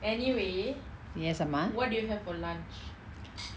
yes அம்மா:amma